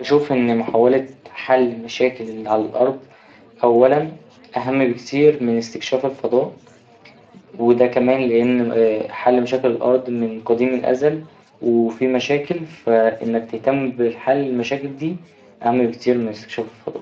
بشوف إن محاولة حل مشاكل اللي على الأرض أولا أهم بكتير من إستكشاف الفضاء وده كمان لأن حل مشاكل الأرض من قديم الأزل وفيه مشاكل فا إنك تهتم بحل المشاكل ده أهم بكتير من إستكشاف الفضاء.